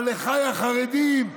אחיי החרדים,